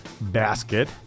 basket